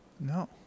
No